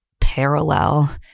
parallel